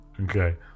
Okay